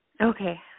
Okay